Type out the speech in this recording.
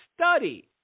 study